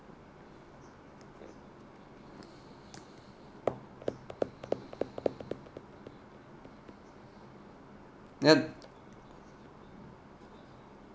yep